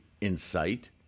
insight